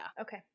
okay